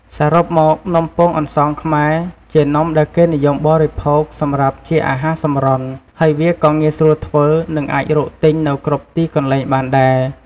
សរុបមកនំពងអន្សងខ្មែរជានំដែលគេនិយមកបរិភោគ សម្រាប់ជាអាហារសម្រន់ ហើយវាក៏ងាយស្រួលធ្វើ និងអាចរកទិញនៅគ្រប់ទីកន្លែងបានដែរ។